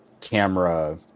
camera